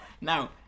Now